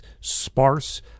sparse